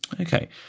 Okay